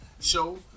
show